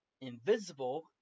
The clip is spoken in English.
Invisible